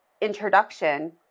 introduction